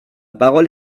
parole